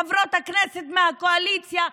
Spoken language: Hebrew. חברות הכנסת מהקואליציה,